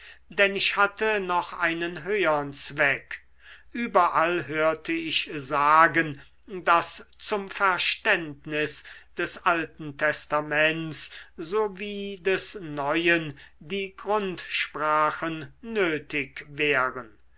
denn ich hatte noch einen höhern zweck überall hörte ich sagen daß zum verständnis des alten testaments so wie des neuen die grundsprachen nötig wären